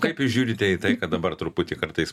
kaip jūs žiūrite į tai kad dabar truputį kartais